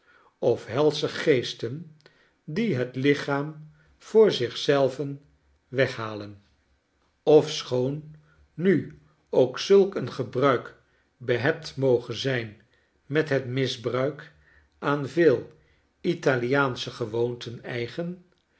of helsche geesten die het lichaam voor zich zelven weghalen ofschoon nu ook zulk een gebruik behept moge zijn met het misbruik aan veel italiaansche gewoonten eigen